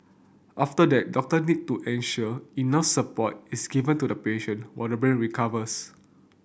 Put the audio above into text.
after that doctor need to ensure enough support is given to the patient while the brain recovers